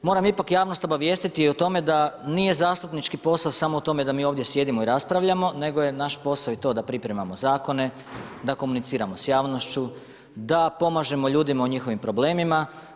Moram ipak javnost obavijestiti i o tome da nije zastupnički posao samo o tome da mi ovdje sjedimo i raspravljamo nego je naš posao da pripremamo zakone, da komuniciramo s javnošću, da pomažemo ljudima u njihovim problemima.